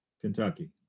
Kentucky